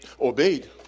obeyed